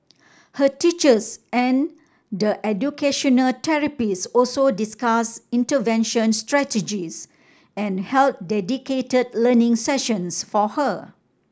her teachers and the educational therapists also discussed intervention strategies and held dedicated learning sessions for her